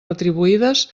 retribuïdes